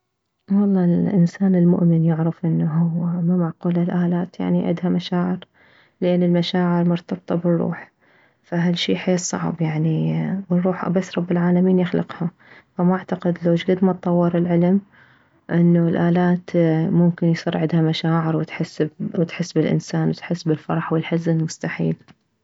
والله الانسان المؤمن يعرف انه ما معقولة الات يعني عدها مشاعر لان المشاعر مرتبطة بالروح فهالشي حيل صعب يعني الروح بس رب العالمين يخلقها فما اعتقد لو شكد ما تطور العلم انه الات ممكن يصير عدها مشاعر وتحس وتحس بالانسان وتحس بالفرح والحزن مستحيل